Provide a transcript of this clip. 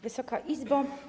Wysoka Izbo!